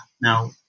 Now